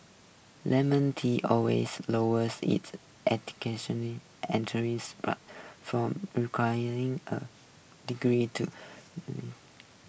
lemon tee always lowered its education entering from requiring a degree to